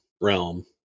realm